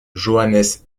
johannes